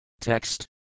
Text